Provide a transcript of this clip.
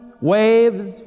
waves